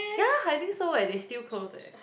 yeah I think so eh they still close eh